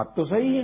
बात तो सही है